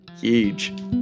Huge